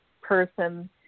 person